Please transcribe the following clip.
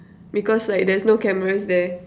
because like there's no cameras there